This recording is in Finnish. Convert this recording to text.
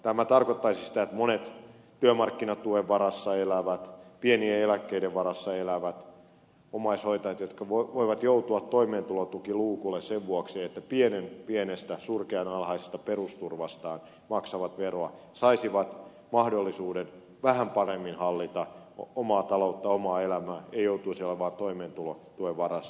tämä tarkoittaisi sitä että monet työmarkkinatuen varassa elävät pienien eläkkeiden varassa elävät omaishoitajat jotka voivat joutua toimeentulotukiluukulle sen vuoksi että pienen pienestä surkean alhaisesta perusturvastaan maksavat veroa saisivat mahdollisuuden vähän paremmin hallita omaa taloutta omaa elämää eivät joutuisi olemaan toimeentulotuen varassa